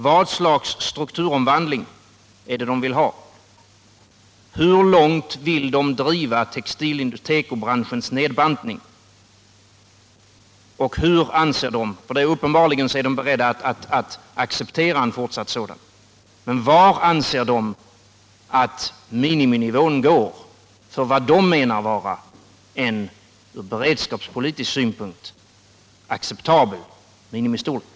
Vad slags strukturomvandling vill ni ha? Hur långt vill ni driva tekobranschens nedbantning? — Uppenbarligen är ni beredda att acceptera en fortsatt sådan. Men var anser ni att miniminivån ligger för en ur beredskapspolitisk synpunkt acceptabel minimistorlek?